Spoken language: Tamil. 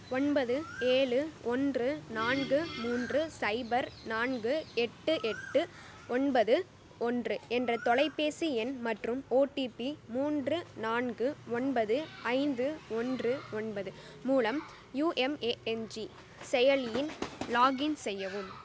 ஒன்பது ஏழு ஒன்று நான்கு மூன்று சைஃபர் நான்கு எட்டு எட்டு ஒன்பது ஒன்று என்ற தொலைபேசி எண் மற்றும் ஓடிபி மூன்று நான்கு ஒன்பது ஐந்து ஒன்று ஒன்பது மூலம் யூஎம்ஏஎன்ஜி செயலியில் லாக்இன் செய்யவும்